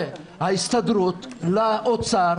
וההסתדרות לאוצר,